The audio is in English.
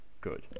good